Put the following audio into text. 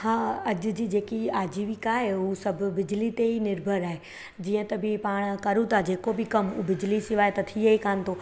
हा अॼु जी जेकी आजिविका आहे उहा सभु बिजली ते ई निर्भर आहे जीअं त बि पाण कयूं त जेको बि कमु बिजली सवाइ त थिए कान थो